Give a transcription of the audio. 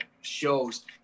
shows